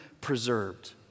preserved